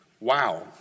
Wow